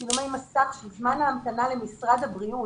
צילומי מסך שזמן ההמתנה למשרד הבריאות,